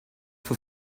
for